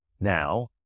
now